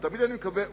ותמיד אני מקווה,